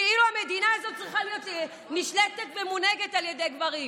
כאילו המדינה הזאת צריכה להיות נשלטת ומונהגת על ידי גברים.